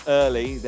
early